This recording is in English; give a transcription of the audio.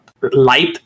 light